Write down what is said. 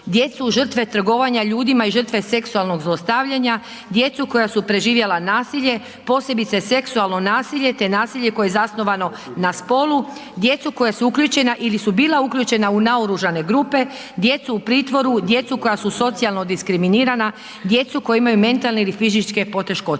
djecu žrtve trgovanja ljudima i žrtve seksualnog zlostavljanja, djecu koja su preživjela nasilje, posebice seksualno nasilje, te nasilje koje je zasnovano na spolu, djecu koja su uključena ili su bila uključena u naoružane grupe, djecu u pritvoru, djecu koja su socijalno diskriminirana, djecu koja imaju mentalne ili fizičke poteškoće.